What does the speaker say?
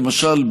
למשל,